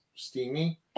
Steamy